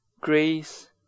grace